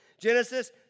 Genesis